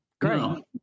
Great